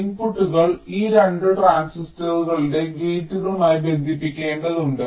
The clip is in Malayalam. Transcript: ഇൻപുട്ടുകൾ ഈ 2 ട്രാൻസിസ്റ്ററുകളുടെ ഗേറ്റുകളുമായി ബന്ധിപ്പിക്കേണ്ടതുണ്ട്